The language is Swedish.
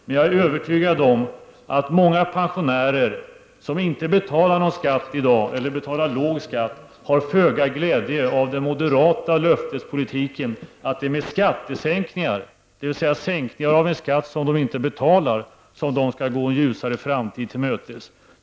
Men jag är övertygad om att många pensionärer som inte betalar någon skatt i dag, eller betalar låg skatt, har föga glädje av den moderata löftespolitiken att det är med skattesänkningar, dvs. sänkningar av en skatt som de inte betalar, som de skall gå en ljusare framtid till mötes.